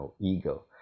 ego